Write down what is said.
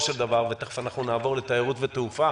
של דבר ותיכף נעבור לתיירות ותעופה